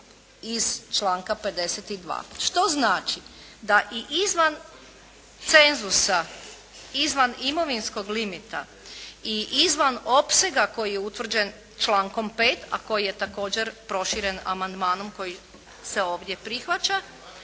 iz članka 52., što znači da i izvan cenzusa, izvan imovinskog limita i izvan opsega koji je utvrđen člankom 5., a koji je također proširen amandmanom koji se ovdje prihvaća,